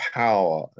power